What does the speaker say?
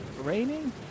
Raining